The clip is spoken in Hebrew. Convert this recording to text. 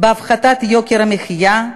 בהפחתת יוקר המחיה,